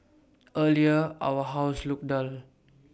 earlier our house looked dull